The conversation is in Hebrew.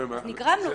אז נגרם לו עיוות.